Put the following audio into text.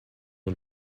and